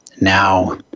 Now